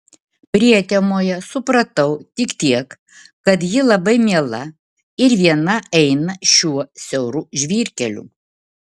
prietemoje supratau tik tiek kad ji labai miela ir viena eina šiuo siauru žvyrkeliu